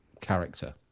character